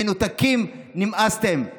מנותקים, נמאסתם.